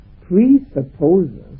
presupposes